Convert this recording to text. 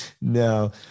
No